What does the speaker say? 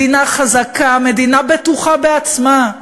מדינה חזקה, מדינה בטוחה בעצמה,